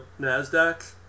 NASDAQ